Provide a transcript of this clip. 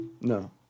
No